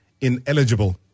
ineligible